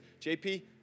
JP